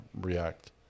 react